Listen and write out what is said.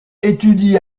étudie